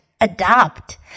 Adopt